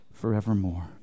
forevermore